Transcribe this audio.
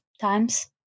times